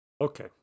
Okay